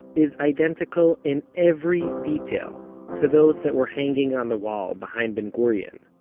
is identical in every detail to those that were hanging on the wall behind ben gurion,